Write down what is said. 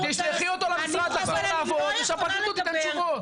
תשלחי אותו למשרד לחזור לעבוד ושהפרקליטות תיתן תשובות.